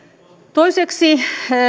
toiseksi